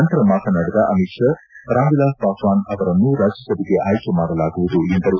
ನಂತರ ಮಾತನಾಡಿದ ಅಮಿತ್ ಶಾ ರಾಮ್ವಿಲಾಸ್ ಪಾಸ್ಟಾನ್ ಅವರನ್ನು ರಾಜ್ಸಭೆಗೆ ಆಯ್ಲೆ ಮಾಡಲಾಗುವುದು ಎಂದರು